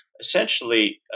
essentially